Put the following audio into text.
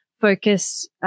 focus